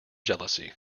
jealousy